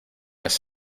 has